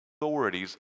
authorities